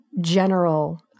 general